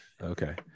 Okay